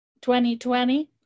2020